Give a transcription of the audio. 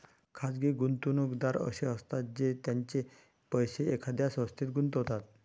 खाजगी गुंतवणूकदार असे असतात जे त्यांचे पैसे एखाद्या संस्थेत गुंतवतात